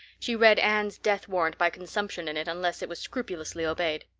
she read anne's death warrant by consumption in it unless it was scrupulously obeyed.